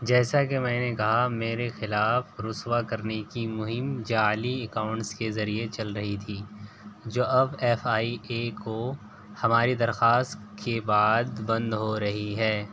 جیسا کہ میں نے کہا میرے خلاف رسوا کرنے کی مہم جعلی اکاؤنٹس کے ذریعے چل رہی تھی جو اب ایف آئی اے کو ہماری درخواست کے بعد بند ہو رہی ہے